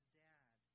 dad